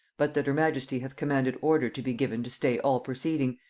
but that her majesty hath commanded order to be given to stay all proceeding,